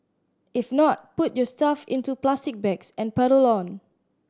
if not put your stuff into plastic bags and pedal on